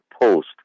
post